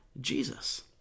Jesus